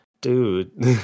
dude